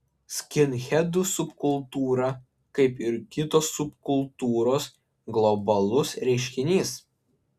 skinhedų subkultūra kaip ir kitos subkultūros globalus reiškinys